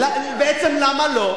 בעצם למה לא?